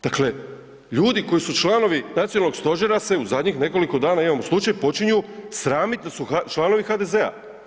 Dakle, ljudi koji su članovi Nacionalnog stožera se u zadnjih nekoliko dana, imamo slučaj, počinju sramiti da su članovi HDZ-a.